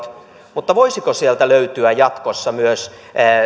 niin voisiko sieltä löytyä jatkossa myös